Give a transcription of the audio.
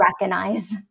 recognize